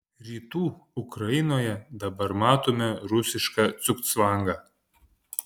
rytų ukrainoje dabar matome rusišką cugcvangą